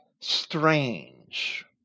strange